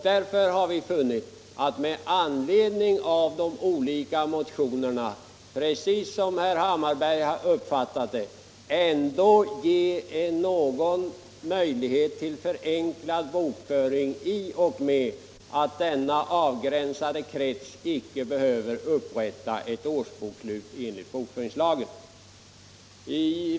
Därför har vi med anledning av de olika motionerna funnit att det, precis som herr Hammarberg har sagt, bör ges en möjlighet till förenklad bokföring, nämligen genom att den avgränsade krets som det gäller icke skall behöva upprätta årsbokslut enligt bokföringslagen.